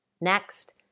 Next